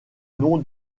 nom